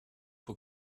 will